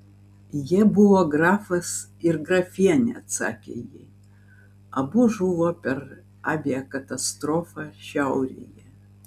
jie buvo grafas ir grafienė atsakė ji abu žuvo per aviakatastrofą šiaurėje